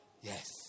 Yes